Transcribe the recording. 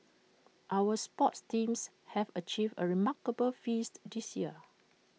our sports teams have achieved remarkable feats this year